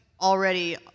already